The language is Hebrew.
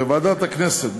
בוועדת הכנסת,